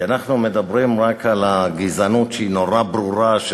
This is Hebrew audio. כי אנחנו מדברים רק על הגזענות שהיא נורא ברורה,